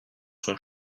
sont